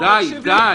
אבל דיון